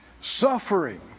Suffering